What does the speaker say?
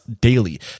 daily